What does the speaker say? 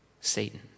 Satan